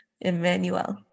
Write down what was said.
Emmanuel